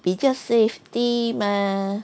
比较 safety mah